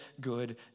good